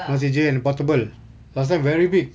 much easier and portable last time very big